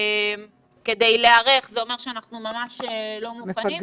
כדי להיערך זה אומר שאנחנו ממש לא מוכנים.